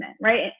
right